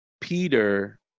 Peter